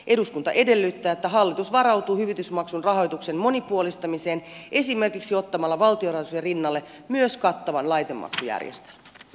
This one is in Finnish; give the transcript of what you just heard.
eduskunta edellyttää että hallitus varautuu hyvitysmaksun rahoituksen monipuolistamiseen esimerkiksi ottamalla valtion rahoituksen rinnalle myös kattavan laitemaksujärjestelmän